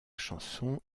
chanson